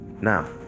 Now